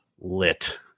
Lit